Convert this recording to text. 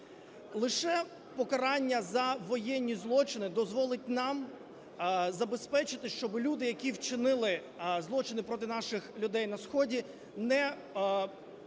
Лише покарання за воєнні злочини дозволить нам забезпечити, щоб люди, які вчинили злочини проти наших людей на сході не уникли